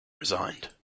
resigned